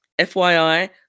FYI